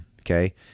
Okay